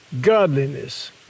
Godliness